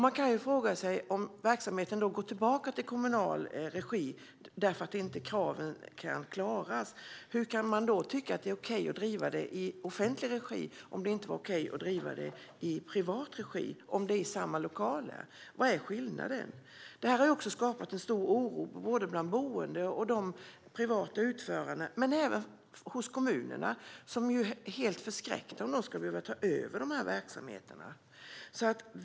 Man kan fråga sig vad som händer om verksamheten går tillbaka till kommunal regi därför att kraven inte kan tillgodoses. Hur kan man då tycka att det är okej att driva verksamheten i samma lokaler i offentlig regi, om det inte var okej att driva den i privat regi? Vad är skillnaden? Detta har också skapat en stor oro både bland boende och bland privata utförare, men även hos kommunerna, som ju blir helt förskräckta om de ska behöva att ta över dessa verksamheter.